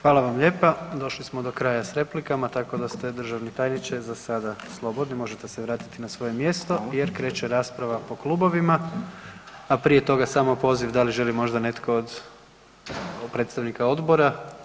Hvala vam lijepa, došli smo do kraja s replikama tako da ste državni tajniče, za sada slobodni, možete se vratiti na svoje mjesto jer kreće rasprava po klubovima a prije toga samo poziv da li želi možda netko od predstavnika odbora?